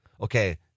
Okay